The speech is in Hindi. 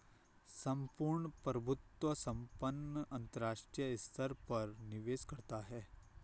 सम्पूर्ण प्रभुत्व संपन्न अंतरराष्ट्रीय स्तर पर निवेश करता है